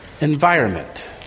environment